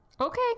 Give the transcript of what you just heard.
Okay